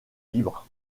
libres